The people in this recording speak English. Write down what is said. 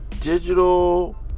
digital